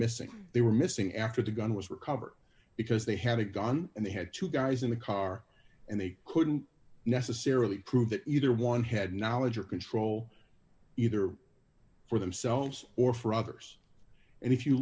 missing they were missing after the gun was recovered because they had a gun and they had two guys in the car and they couldn't necessarily prove that either one had knowledge or control either for themselves or for others and if you